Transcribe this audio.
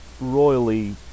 royally